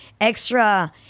extra